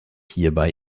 hierbei